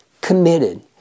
committed